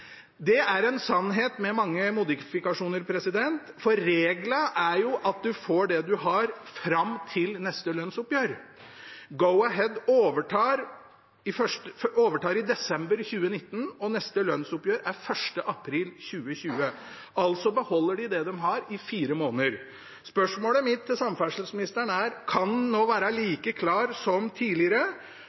Det er en sannhet med mange modifikasjoner, for reglene er jo at man får det man har, fram til neste lønnsoppgjør. Go-Ahead overtar i desember 2019, og neste lønnsoppgjør er 1. april 2020. De ansatte beholder altså det de har, i fire måneder. Spørsmålet mitt til samferdselsministeren er: Kan han nå være like klar som tidligere,